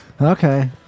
Okay